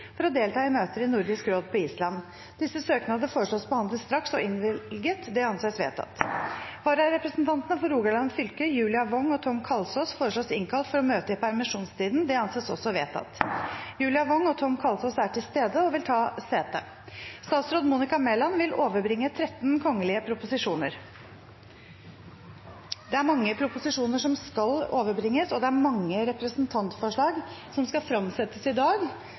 for å delta i møter i Nordisk råd på Island Etter forslag fra presidenten ble enstemmig besluttet: Søknadene behandles straks og innvilges. Følgende vararepresentanter innkalles for å møte i permisjonstiden: For Rogaland fylke: Julia Wong og Tom Kalsås Julia Wong og Tom Kalsås er til stede og vil ta sete. Det er mange proposisjoner som skal overbringes, og mange representantforslag som skal fremsettes i dag,